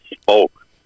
spoke